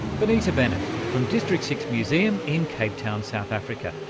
bonita bennett from district six museum in cape town, south africa,